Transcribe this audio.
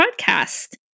podcast